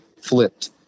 flipped